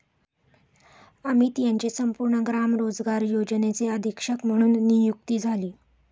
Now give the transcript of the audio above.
अमित यांची संपूर्ण ग्राम रोजगार योजनेचे अधीक्षक म्हणून नियुक्ती झाली